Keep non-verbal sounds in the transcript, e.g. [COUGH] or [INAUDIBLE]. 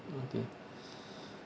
okay [BREATH]